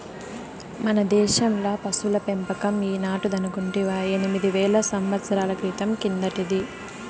మన దేశంలో పశుల పెంపకం ఈనాటిదనుకుంటివా ఎనిమిది వేల సంవత్సరాల క్రితం కిందటిది